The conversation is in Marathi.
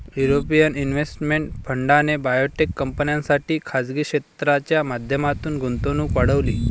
युरोपियन इन्व्हेस्टमेंट फंडाने बायोटेक कंपन्यांसाठी खासगी क्षेत्राच्या माध्यमातून गुंतवणूक वाढवली